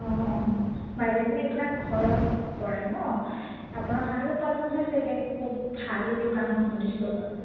অঁ অঁ বাইদেৱে মানে এইবিলাক ঘৰত কৰে নহ্ আপোনাৰ ভাল উপাৰ্জন হয় চাগে খুব ভালো দোকানখন শুনিছোঁ